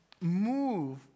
move